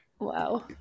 Wow